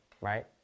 right